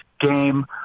game